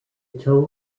total